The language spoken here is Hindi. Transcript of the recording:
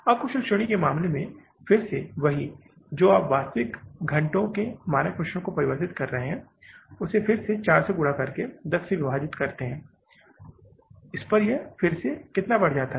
अकुशल श्रेणी के मामले में फिर से वही जो आप वास्तविक घंटों के मानक मिश्रण को परिवर्तित कर रहे हैं उसे फिर से 4 से गुणा करके 10 से विभाजित करने पर यह फिर से कितना बढ़ जाता है